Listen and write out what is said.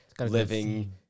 living